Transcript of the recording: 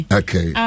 okay